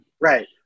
Right